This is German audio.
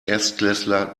erstklässler